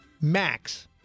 max